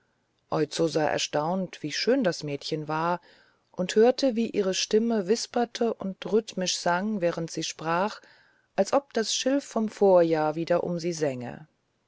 sah staunend wie schön das mädchen war und hörte wie ihre stimme wisperte und rhythmisch sang während sie sprach als ob das schilf vom vorjahr wieder um ihn sänge